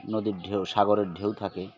নদীর ঢেউ সাগরের ঢেউ থাকে